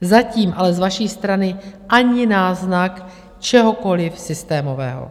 Zatím ale z vaší strany ani náznak čehokoliv systémového.